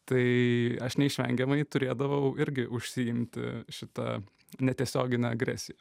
tai aš neišvengiamai turėdavau irgi užsiimti šita netiesiogine agresija